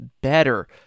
better